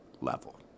level